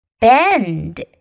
Bend